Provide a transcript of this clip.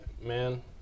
man